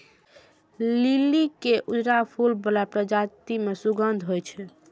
लिली के उजरा फूल बला प्रजाति मे सुगंध होइ छै